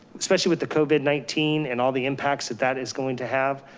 especially with the covid nineteen and all the impacts that that is going to have,